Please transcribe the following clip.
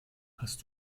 hast